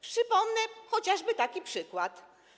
Przypomnę chociażby taki przykład.